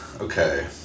Okay